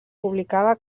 publicava